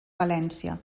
valència